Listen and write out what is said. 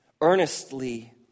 earnestly